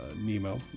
Nemo